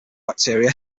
bacteria